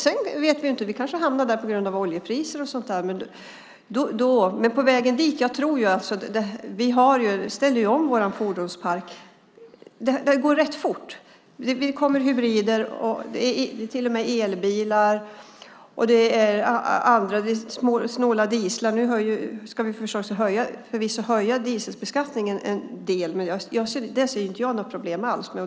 Vi vet inte, men vi kanske hamnar där på grund av oljepriser och så. Vi ställer om vår fordonspark, och det går rätt fort. Nu kommer hybrider, till och med elbilar och snåla dieselbilar. Vi ska förvisso höja dieselskatten en del, men det ser jag inte som något problem alls.